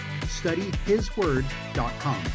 studyhisword.com